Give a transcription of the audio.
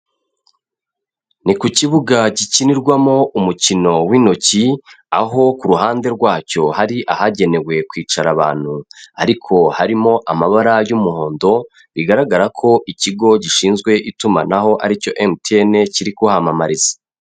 Ni ku kibuga gikinirwamo umukino w'intoki, aho ku ruhande rwacyo hari ahagenewe kwicara abantu ariko harimo amabara y'umuhondo, bigaragara ko ikigo gishinzwe itumanaho aricyo MTN kiri kuhamamariza.